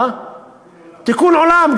תיקון עולם.